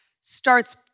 starts